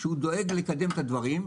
שדואג לקדם את הדברים.